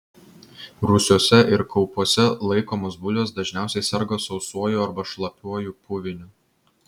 rūsiuose ir kaupuose laikomos bulvės dažniausiai serga sausuoju arba šlapiuoju puviniu